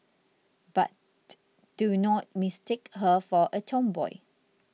but do not mistake her for a tomboy